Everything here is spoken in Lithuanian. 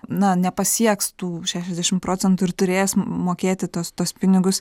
na nepasieks tų šešiasdešimt procentų ir turės mokėti tuos tuos pinigus